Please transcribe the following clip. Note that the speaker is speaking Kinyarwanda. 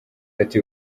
ati